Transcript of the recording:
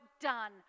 done